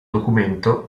documento